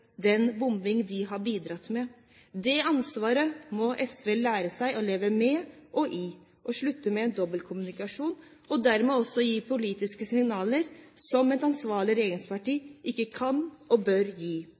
den bombing de har bidratt med. Det ansvaret må SV lære seg å leve med og i, og slutte med dobbeltkommunikasjon og dermed også gi politiske signaler som et ansvarlig regjeringsparti ikke kan og bør gi.